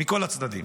מכל הצדדים,